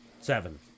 seven